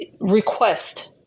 request